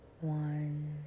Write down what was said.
one